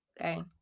okay